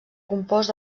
compost